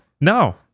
No